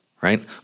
right